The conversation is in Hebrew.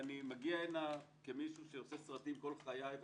ואני מגיע הנה כמי שעושה סרטים כל חיי-